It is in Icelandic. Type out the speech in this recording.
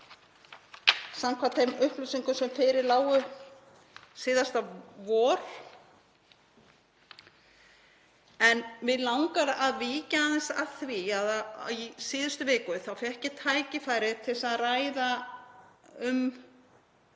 samkvæmt þeim upplýsingum sem fyrir lágu síðasta vor. Mig langar að víkja að því að í síðustu viku fékk ég tækifæri til að ræða um